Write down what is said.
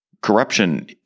corruption